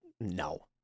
no